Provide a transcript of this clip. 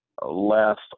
last